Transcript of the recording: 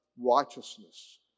righteousness